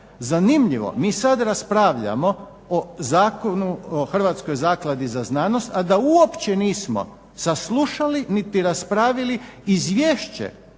Zanimljivo, mi sad raspravljamo o Zakonu o Hrvatskoj zakladi za znanost, a da uopće nismo saslušali niti raspravili izvješće